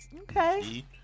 Okay